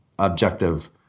Objective